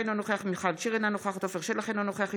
אינו נוכח יולי יואל אדלשטיין,